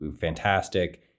fantastic